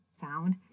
sound